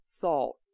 thought